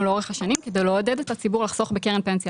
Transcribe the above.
לאורך השנים כדי לעודד את הציבור לחסוך בקרן פנסיה.